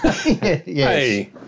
Hey